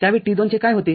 त्यावेळी T२चे काय होते